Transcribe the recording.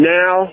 now